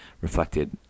reflected